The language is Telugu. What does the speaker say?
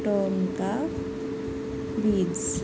tonka beans